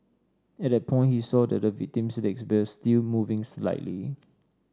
at that point he saw that the victim's legs were still moving slightly